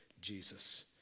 Jesus